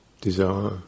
desire